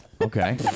Okay